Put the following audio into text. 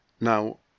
Now